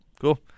Cool